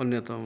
ଅନ୍ୟତମ